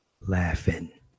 laughing